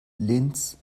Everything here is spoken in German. linz